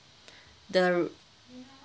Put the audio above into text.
the